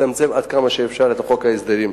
ותצמצם כמה שאפשר את חוק ההסדרים.